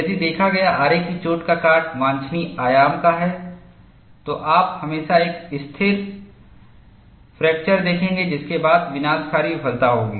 यदि देखा गया आरे की चोट का काट वांछनीय आयाम का है तो आप हमेशा एक स्थिर फ्रैक्चर देखेंगे जिसके बाद विनाशकारी विफलता होगी